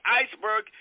iceberg